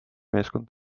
meeskond